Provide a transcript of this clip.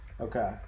okay